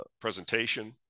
presentation